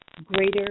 Greater